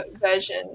version